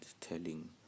telling